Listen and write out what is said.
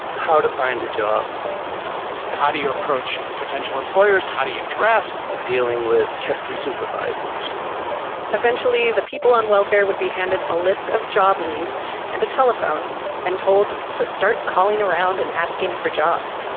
how to find a job how do you approach potential employers? how do you dress? dealing with testy supervisors eventually, the people on welfare would be handed a list of job leads and to telephone and told to start calling around and asking for jobs.